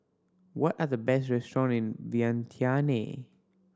what are the best restaurant in Vientiane